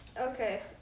okay